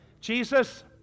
Jesus